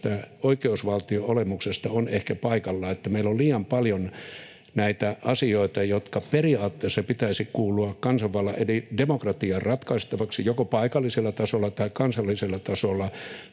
oikeusvaltion olemuksesta on ehkä paikallaan. Meillä on liian paljon näitä asioita, joiden periaatteessa pitäisi kuulua kansanvallan eli demokratian ratkaistavaksi joko paikallisella tasolla tai kansallisella tasolla,